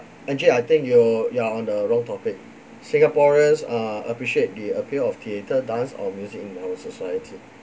angie I think you you're on the wrong topic singaporeans uh appreciate the appeal of theatre dance or music in our society